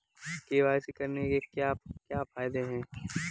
KYC करने के क्या क्या फायदे हैं?